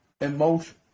emotion